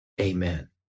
amen